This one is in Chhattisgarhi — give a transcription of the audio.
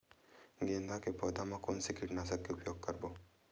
गेंदा के पौधा म कोन से कीटनाशक के उपयोग करबो?